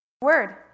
Word